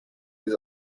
his